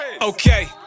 Okay